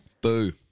Boo